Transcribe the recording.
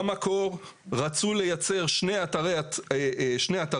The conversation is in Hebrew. במקור רצו לייצר שני אתרים שונים